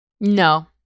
No